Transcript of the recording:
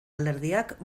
alderdiak